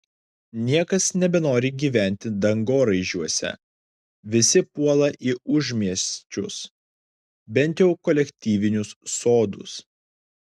niekas nebenori gyventi dangoraižiuose visi puola į užmiesčius bent jau kolektyvinius sodus